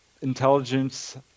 intelligence